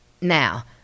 Now